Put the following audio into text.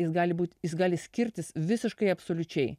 jis gali būt jis gali skirtis visiškai absoliučiai